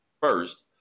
first